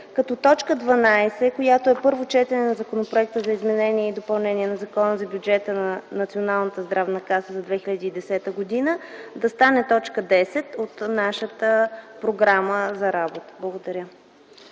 като т. 12 – „Първо четене на Законопроекта за изменение и допълнение на Закона за бюджета на Националната здравноосигурителна каса за 2010 г.”, да стане т. 10 от нашата програма за работа. Благодаря.